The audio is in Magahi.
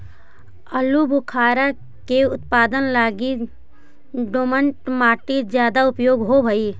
आलूबुखारा के उत्पादन लगी दोमट मट्टी ज्यादा उपयोग होवऽ हई